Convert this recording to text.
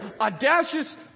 Audacious